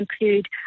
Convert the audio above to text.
include